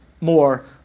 more